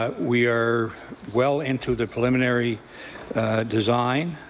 ah we are well into the preliminary design